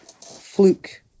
Fluke